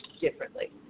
differently